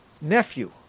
nephew